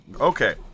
Okay